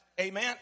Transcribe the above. Amen